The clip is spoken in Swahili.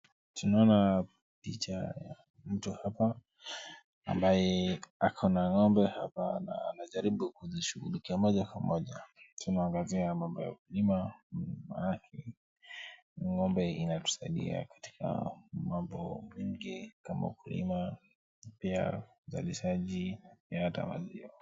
Tunaona picha ya mtu hapa ambaye ako na ng'ombe hapa na anajaribu kuzishughulikia moja kwa moja. Tunaangazia mambo ya ukulima. Nyuma yake ni ng'ombe inayotusaidia katika mambo mengi kama ukulima na pia uzalishaji na hata maziwa.